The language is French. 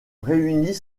réunit